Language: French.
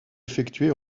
effectués